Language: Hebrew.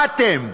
מה אתם,